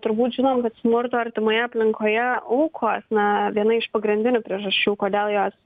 turbūt žinom kad smurto artimoje aplinkoje aukos na viena iš pagrindinių priežasčių kodėl jos